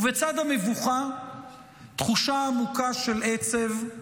ובצד המבוכה תחושה עמוקה של עצב,